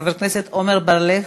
חבר הכנסת עמר בר-לב,